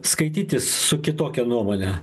skaitytis su kitokia nuomone